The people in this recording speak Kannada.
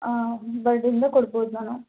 ಹಾಂ ಬಡ್ಡಿಯಿಲ್ಲದೆ ಕೊಡ್ಬೋದು ನಾನು